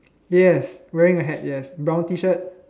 yes wearing a hat yes brown t shirt